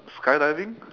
skydiving